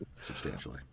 substantially